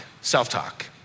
self-talk